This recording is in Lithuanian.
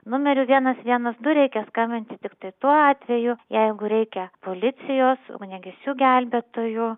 numeriu vienas vienas du reikia skambinti tiktai tuo atveju jeigu reikia policijos ugniagesių gelbėtojų